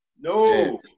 No